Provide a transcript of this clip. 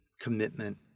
commitment